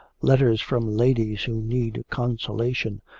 letters from ladies who need consolation.